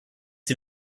die